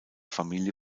familie